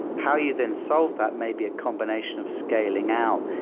how you then solve that may be a combination of scaling out.